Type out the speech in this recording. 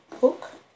book